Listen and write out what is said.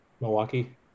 Milwaukee